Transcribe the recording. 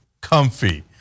comfy